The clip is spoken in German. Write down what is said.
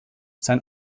sein